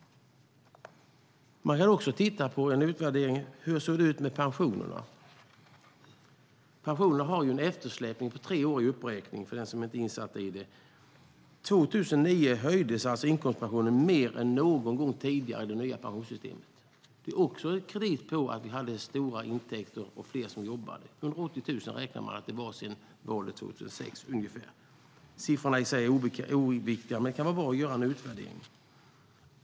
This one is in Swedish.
Man kan också titta på en utvärdering av pensionerna. Hur såg det ut med dem? Pensionerna har en eftersläpning på tre år i uppräkning, kan jag berätta för den som inte är insatt i det. År 2009 höjdes inkomstpensionen mer än någon gång tidigare i det nya pensionssystemet. Det är också ett bevis på att vi hade stora intäkter och fler som jobbade. Sedan valet 2006 räknade man med att det var ungefär 180 000. Siffrorna i sig är oviktiga, men det kan vara bra att göra en utvärdering.